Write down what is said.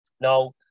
Now